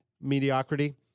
mediocrity